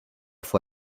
fue